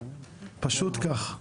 פשוט כך.